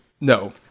No